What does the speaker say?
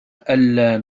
ألا